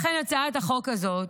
לכן הצעת החוק הזאת,